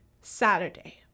Saturday